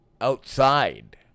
outside